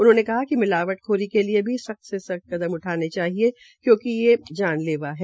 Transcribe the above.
उन्होंने कहा कि मिलावट खोरी के लिए भी सख्त से सख्त कदम उठाने चाहिये क्योंकि ये जानलेवा है